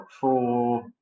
four